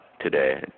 today